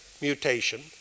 mutation